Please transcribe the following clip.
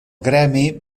gremi